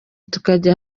tukajya